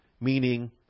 Meaning